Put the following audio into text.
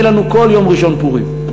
יהיה לנו כל יום ראשון פורים.